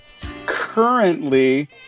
Currently